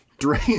drain